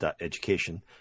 Education